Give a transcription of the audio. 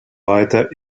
weiter